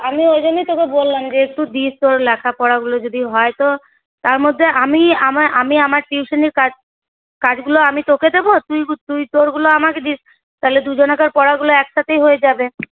আমি ওই জন্যই তোকে বলাম যে একটু দিস তোর লেখাপড়াগুলো যদি হয় তো তারমধ্যে আমি আমার আমি আমার টিউশনের কাজ কাজগুলো আমি তোকে দেবো তুই তোরগুলো আমাকে দিস তাহলে দুজনকার পড়াগুলো একসাথেই হয়ে যাবে